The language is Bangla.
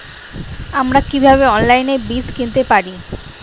আমরা কীভাবে অনলাইনে বীজ কিনতে পারি?